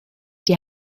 die